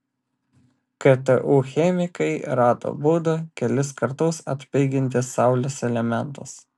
ktu chemikai rado būdą kelis kartus atpiginti saulės elementus